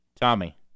Tommy